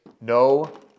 no